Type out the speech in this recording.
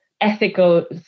ethical